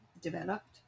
developed